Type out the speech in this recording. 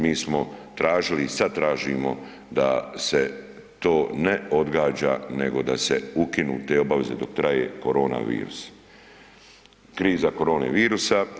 Mi smo tražili i sad tražimo da se to ne odgađa nego da se ukinu tre obaveze dok traje korona virus, kriza korone virusa.